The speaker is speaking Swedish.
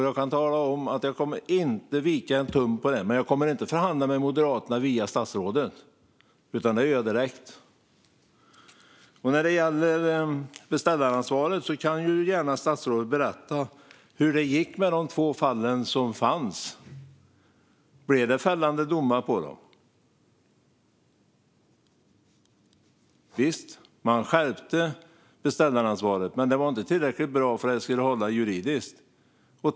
Jag kan tala om att jag inte kommer att vika en tum. Men jag kommer inte att förhandla med Moderaterna via statsrådet, utan det gör jag direkt. Vad gäller beställaransvaret får statsrådet gärna berätta om hur det gick med de två fallen. Blev det fällande domar? Visst skärpte man beställaransvaret, men det var inte tillräckligt bra för att det skulle hålla juridiskt.